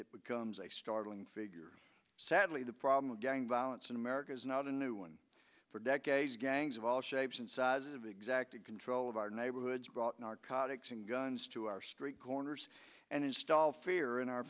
it becomes a startling figure sadly the problem of gang violence in america is not a new one for decades gangs of all shapes and sizes of exacting control of our neighborhoods brought narcotics and guns to our street corners and install fear in our